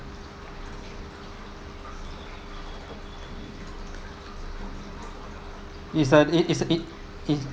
is a is a it